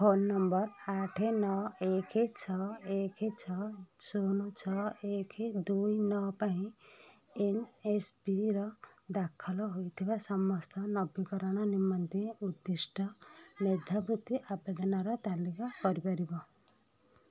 phone number ଆଠ ନଅ ଏକ ଛଅ ଏକ ଛଅ ଶୂନ ଛଅ ଏକ ଦୁଇ ନଅ ପାଇଁ ଏନ୍ଏସ୍ପିର ଦାଖଲ ହୋଇଥିବା ସମସ୍ତ ନବୀକରଣ ନିମନ୍ତେ ଉଦ୍ଦିଷ୍ଟ ମେଧାବୃତ୍ତି ଆବେଦନର ତାଲିକା କରିପାରିବ